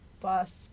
bus